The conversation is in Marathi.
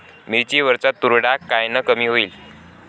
मिरची वरचा चुरडा कायनं कमी होईन?